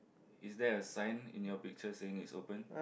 is there a sign in your picture saying is open